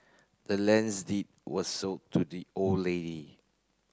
the land's deed was sold to the old lady